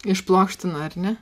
išplokština ar ne